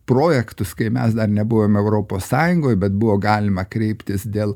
projektus kai mes dar nebuvome europos sąjungoje bet buvo galima kreiptis dėl